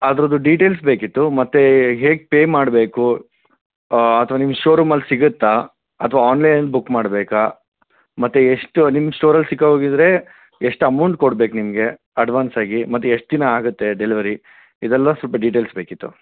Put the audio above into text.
ಅದ್ರುದ್ದು details ಬೇಕಿತ್ತು ಮತ್ತೆ ಹೇಗೆ ಪೇ ಮಾಡಬೇಕು ಅಥವಾ ನಿಮ್ಮ ಶೋ ರೂಮಲ್ಲಿ ಸಿಗುತ್ತಾ ಅಥವಾ ಆನ್ಲೈನಲ್ಲಿ ಬುಕ್ ಮಾಡಬೇಕಾ ಮತ್ತೆ ಎಷ್ಟು ನಿಮ್ಮ ಸ್ಟೋರಲ್ಲಿ ಸಿಗೋ ಹಾಗಿದ್ರೆ ಎಷ್ಟು ಅಮೌಂಟ್ ಕೊಡ್ಬೇಕು ನಿಮಗೆ ಅಡ್ವಾನ್ಸ್ ಆಗಿ ಮತ್ತೆ ಎಷ್ಟು ದಿನ ಆಗುತ್ತೆ ಡೆಲಿವರಿ ಇದೆಲ್ಲ ಸ್ವಲ್ಪ ಡೀಟೇಲ್ಸ್ ಬೇಕಿತ್ತು